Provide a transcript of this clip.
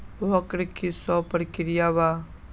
वक्र कि शव प्रकिया वा?